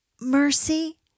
Mercy